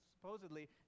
supposedly